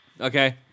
Okay